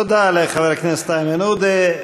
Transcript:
תודה לחבר הכנסת איימן עודה.